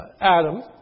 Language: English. Adam